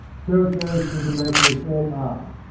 so it goes through the making of all art.